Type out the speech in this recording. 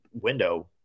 window